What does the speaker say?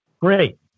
Great